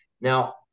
Now